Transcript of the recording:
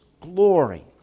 glory